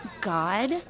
God